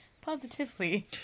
Positively